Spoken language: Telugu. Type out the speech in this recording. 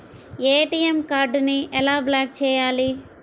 ఏ.టీ.ఎం కార్డుని ఎలా బ్లాక్ చేయాలి?